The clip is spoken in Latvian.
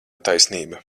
taisnība